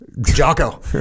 Jocko